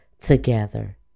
together